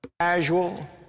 Casual